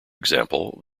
example